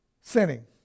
sinning